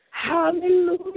Hallelujah